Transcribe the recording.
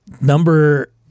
number